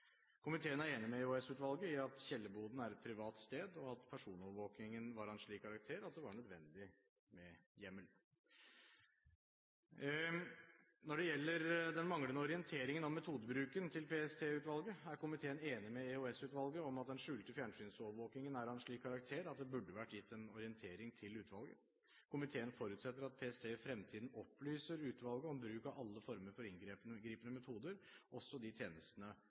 Komiteen er enig med EOS-utvalget i at kjellerboden er et privat sted, og at personovervåkingen var av en slik karakter at det var nødvendig med hjemmel. Når det gjelder den manglende orienteringen om metodebruken til EOS-utvalget, er komiteen enig med EOS-utvalget i at den skjulte fjernsynsovervåkingen er av en slik karakter at det burde vært gitt en orientering til utvalget. Komiteen forutsetter at PST i fremtiden opplyser utvalget om bruk av alle former for inngripende metoder, også de tjenestene